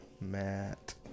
Matt